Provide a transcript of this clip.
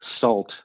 salt